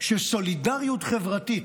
שסולידריות חברתית,